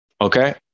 okay